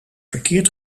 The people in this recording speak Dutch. verkeerd